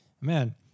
man